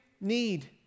need